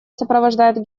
сопровождает